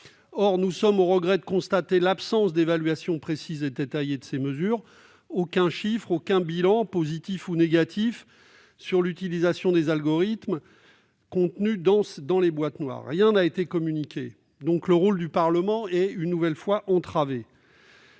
mais nous sommes au regret de constater l'absence d'évaluation précise et détaillée de ces mesures : aucun chiffre, aucun bilan, positif ou négatif, de l'utilisation des algorithmes contenus dans ces « boîtes noires » ne nous a été communiqué. Ainsi, le rôle du Parlement est une nouvelle fois entravé.